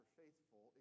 faithful